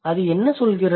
அது என்ன சொல்கிறது